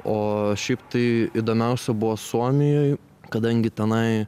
o šiaip tai įdomiausia buvo suomijoj kadangi tenai